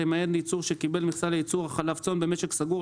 למעט יצרן שקיבל מכסה לייצור חלב צאן במשק סגור,